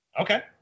Okay